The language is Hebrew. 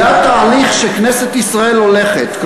זה התהליך שכנסת ישראל הולכת בו.